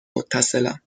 متصلم